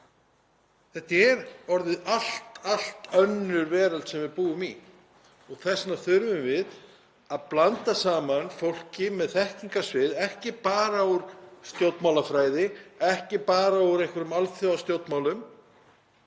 Þetta er orðið allt önnur veröld sem við búum í og þess vegna þurfum við að blanda saman fólki með þekkingarsvið ekki bara úr stjórnmálafræði og einhverjum alþjóðastjórnmálum,